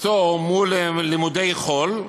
פטור, מול לימודי חול,